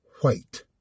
white